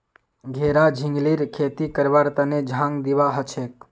घेरा झिंगलीर खेती करवार तने झांग दिबा हछेक